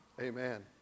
Amen